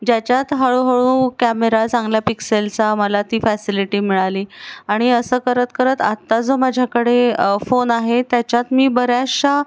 ज्याच्यात हळूहळू कॅमेरा चांगल्या पिक्सेलचा मला ती फॅसिलिटी मिळाली आणि असं करत करत आत्ता जो माझ्याकडे फोन आहे त्याच्यात मी बऱ्याचशा